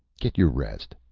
get your rest,